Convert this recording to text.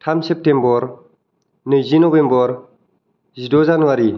थाम सेप्टेमबर नैजि नबेम्बर जिद' जानुवारी